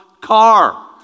car